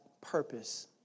purpose